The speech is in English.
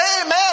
amen